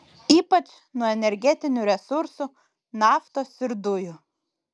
ypač nuo energetinių resursų naftos ir dujų